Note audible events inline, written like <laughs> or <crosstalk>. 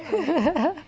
<laughs>